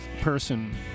person